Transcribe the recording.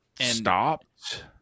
stopped